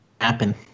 happen